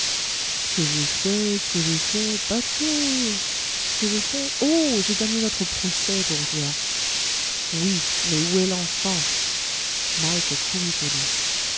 ce que j'ai fait ce que j'ai fait bateau ce que j'ai fait oh j'ai gagné notre procès bourgeois oui mais où est l'enfant mike courut au